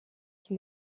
qui